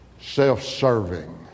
self-serving